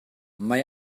mae